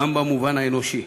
גם במובן האנושי.